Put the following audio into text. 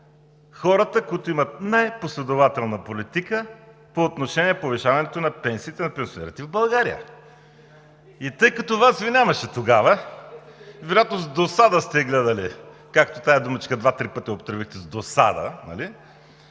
Хората, които имат най-последователна политика по отношение повишаването на пенсиите на пенсионерите в България. Тъй като Вас Ви нямаше тогава, вероятно с досада сте гледали – тази думичка два-три пъти я употребихте: с досада –